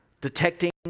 detecting